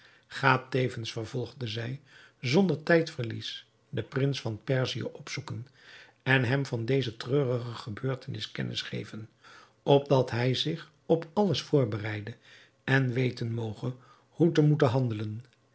ga tevens vervolgde zij zonder tijdverlies den prins van perzië opzoeken en hem van deze treurige gebeurtenis kennis geven opdat hij zich op alles voorbereide en weten moge hoe te moeten handelen